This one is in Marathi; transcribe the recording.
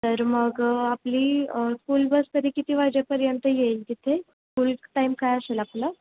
तर मग आपली स्कूल बस तरी किती वाजेपर्यंत येईल तिथे स्कूल टाईम काय असेल आपलं